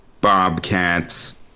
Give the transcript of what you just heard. Bobcats